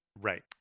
Right